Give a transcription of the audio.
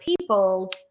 people